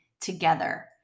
together